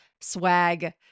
swag